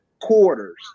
quarters